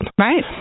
Right